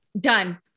Done